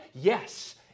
Yes